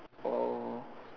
oh